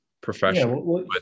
professional